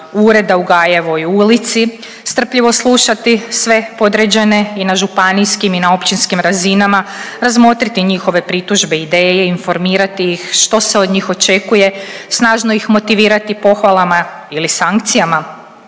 ureda u Gajevoj ulici, strpljivo slušati sve podređene i na županijskim i na općinskim razinama, razmotriti njihove pritužbe i ideje, informirati ih što se od njih očekuje, snažno ih motivirati pohvalama ili sankcijama